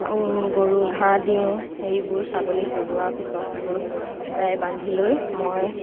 গৰুক ঘাঁহ দিওঁ সেইবোৰ ছাগলী চৰোৱা পিছত গৰু গাই বান্ধি লৈ মই